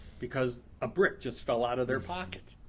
because a brick just fell out of their pocket.